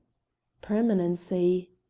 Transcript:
permanency!